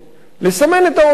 לסמן את האויב.